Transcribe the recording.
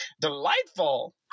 delightful